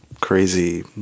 crazy